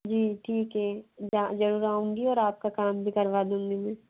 जी ठीक है आउंगी और आपका काम भी करवा दूंगी मैं